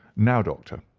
now, doctor,